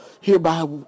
Hereby